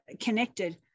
connected